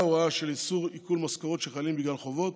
ההוראה של איסור עיקול משכורות של חיילים בגלל חובות,